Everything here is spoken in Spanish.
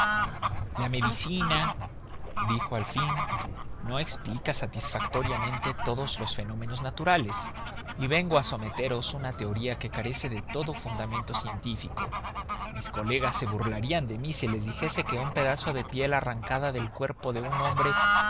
hablar la medicina dijo al fin no explica satisfactoriamente todos los fenómenos naturales y vengo a someteros una teoría que carece de todo fundamento científico mis colegas se burlarían de mí si les dijese que un pedazo de piel arrancada del cuerpo de un hombre